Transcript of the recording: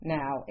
now